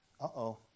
Uh-oh